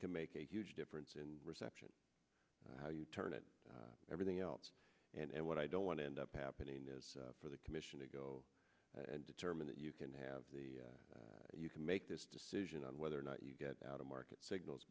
can make a huge difference in reception how you turn it everything else and what i don't want to end up happening is for the commission to go and determine that you can have the you can make this decision on whether or not you get out of market signals